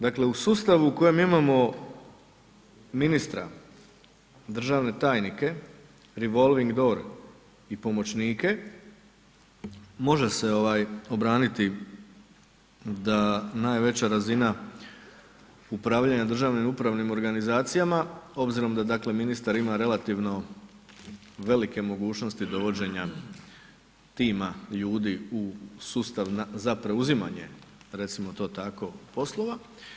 Dakle, u sustavu u kojem imamo ministra, državne tajnike, Revolving Door i pomoćnike, može se obraniti da najveća razina upravljanja državnim upravnim organizacijama obzirom da, dakle, ministar ima relativno velike mogućnosti dovođenja tima ljudi u sustav za preuzimanje, recimo to tako, poslova.